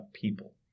people